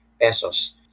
pesos